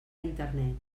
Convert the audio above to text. internet